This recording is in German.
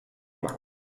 machen